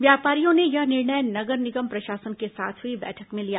व्यापारियों ने यह निर्णय नगर निगम प्रशासन के साथ हुई बैठक में लिया